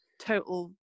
total